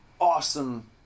awesome